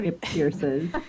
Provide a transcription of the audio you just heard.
pierces